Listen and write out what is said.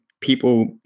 people